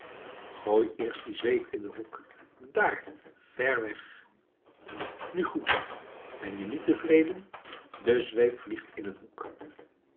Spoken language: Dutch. gooi eerst die zweep in den hoek dààr ver weg nu goed dan ben je nu tevreden de zweep vliegt in een hoek